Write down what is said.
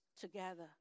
together